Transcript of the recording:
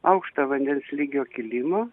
aukštą vandens lygio kilimą